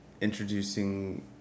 introducing